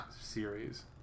...series